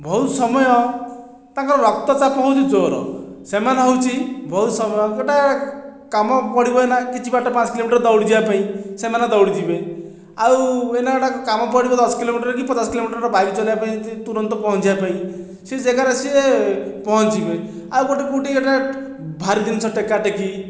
ବହୁତ ସମୟ ତାଙ୍କର ରକ୍ତ ଚାପ ହେଉଛି ଜୋର ସେମାନେ ହେଉଛି ବହୁତ ସମୟ ଗୋଟିଏ କାମ ପଡ଼ିବ ଏଇନା କିଛି ବାଟ ପାଞ୍ଚ କିଲୋମିଟର ଦଉଡ଼ି ଯିବା ପାଇଁ ସେମାନେ ଦଉଡ଼ି ଯିବେ ଆଉ ଏଇନା ଗୋଟିଏ କାମ ପଡ଼ିଗଲେ ଦଶ କିଲୋମିଟର ବା ପଚାଶ କିଲୋମିଟର ବାଇକ୍ ଚଲେଇବା ପାଇଁ ତୁରନ୍ତ ପହଞ୍ଚି ଯିବା ପାଇଁ ସେ ଜାଗାରେ ସିଏ ପହଞ୍ଚି ଯିବେ ଆଉ ଗୋଟେ କେଉଁଠି ଗୋଟିଏ ଭାରି ଜିନିଷ ଟେକା ଟେକି